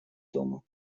дома